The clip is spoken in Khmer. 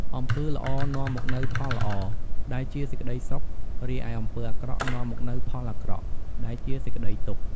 អំពើល្អនាំមកនូវផលល្អ ដែលជាសេចក្ដីសុខ រីឯអំពើអាក្រក់នាំមកនូវផលអាក្រក់ ដែលជាសេចក្ដីទុក្ខ។